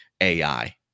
AI